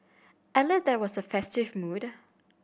at least there was a festive mood